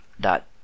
dot